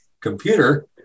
computer